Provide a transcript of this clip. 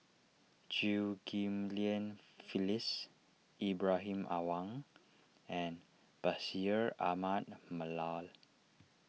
Chew Ghim Lian Phyllis Ibrahim Awang and Bashir Ahmad Mallal